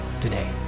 today